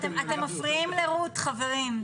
אתם מפריעים לרות, חברים.